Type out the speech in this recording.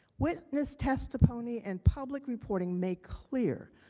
witness testimony and public reporting made clear,